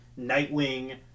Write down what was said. nightwing